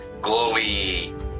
glowy